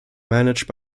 managed